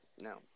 no